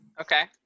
Okay